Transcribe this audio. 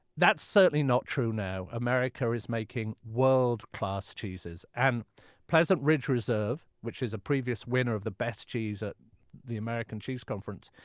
that's certainly not true now. america is making world-class cheeses, and pleasant ridge reserve, which is a previous winner of the best cheese at the american cheese conference,